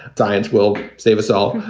science will save us all.